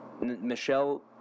michelle